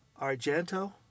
Argento